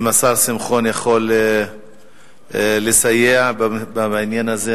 אם השר שמחון יכול לסייע בעניין הזה,